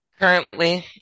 currently